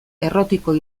errotiko